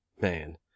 Man